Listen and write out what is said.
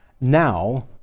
Now